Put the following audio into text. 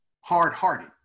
Hard-hearted